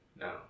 No